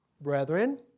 brethren